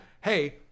hey